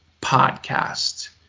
podcast